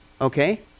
okay